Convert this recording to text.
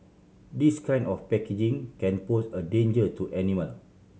this kind of packaging can pose a danger to animal